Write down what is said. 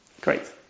Great